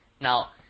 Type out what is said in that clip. Now